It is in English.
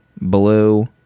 Blue